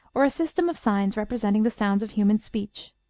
or a system of signs representing the sounds of human speech.